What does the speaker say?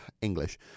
English